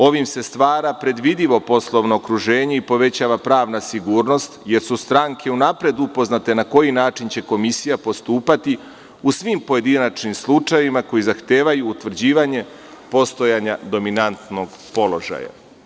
Ovim se stvara predvidivo poslovno okruženje i povećava pravna sigurnost, jer su stranke unapred upoznate na koji način će komisija postupati u svim pojedinačnim slučajevima koji zahtevaju utvrđivanje postojanja dominantnog položaja.